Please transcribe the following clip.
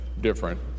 different